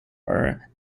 are